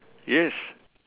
yes